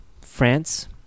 france